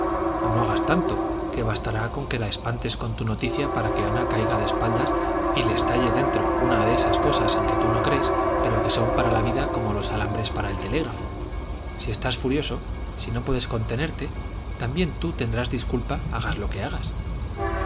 o no hagas tanto que bastará con que la espantes con tu noticia para que ana caiga de espaldas y le estalle dentro una de esas cosas en que tú no crees pero que son para la vida como los alambres para el telégrafo si estás furioso si no puedes contenerte también tú tendrás disculpa hagas lo que hagas